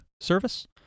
service